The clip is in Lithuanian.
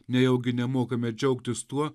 nejaugi nemokame džiaugtis tuo